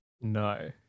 No